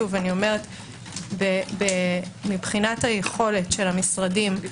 שוב, מבחינת יכולת המשרדים- -- שנייה.